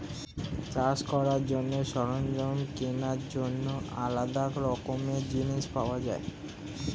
চাষ করার জন্য সরঞ্জাম কেনার জন্য আলাদা রকমের জিনিস পাওয়া যায়